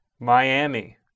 Miami